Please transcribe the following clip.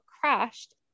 crashed